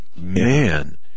Man